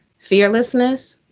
fearlessness.